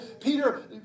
Peter